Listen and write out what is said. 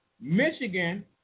Michigan